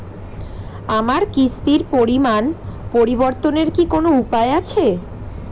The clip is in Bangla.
আমার কিস্তির পরিমাণ পরিবর্তনের কি কোনো উপায় আছে?